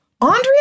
Andrea